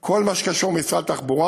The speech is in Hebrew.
כל מה שקשור למשרד התחבורה.